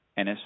NS